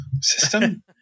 system